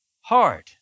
hard